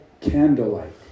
candlelight